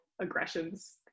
aggressions